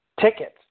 tickets